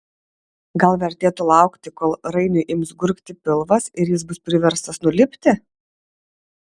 gal vertėtų laukti kol rainiui ims gurgti pilvas ir jis bus priverstas nulipti